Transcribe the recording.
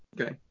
Okay